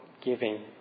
giving